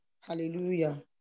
Hallelujah